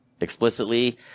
explicitly